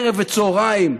ערב וצוהריים,